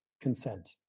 consent